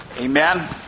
Amen